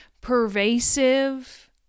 pervasive